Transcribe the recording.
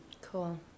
Cool